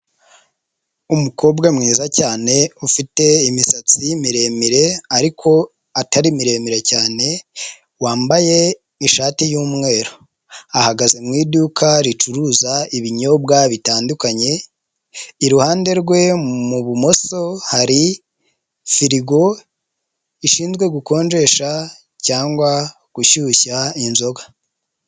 Umukobwa mwiza cyane, ufite imisatsi miremire ariko atari miremire cyane, wambaye ishati y'umweru, ahagaze mu iduka ricuruza ibinyobwa bitandukanye, iruhande rwe mu bumoso hari firigo ishinzwe gukonjesha cyangwa gushyushya inzoga.